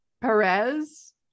Perez